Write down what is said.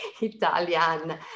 Italian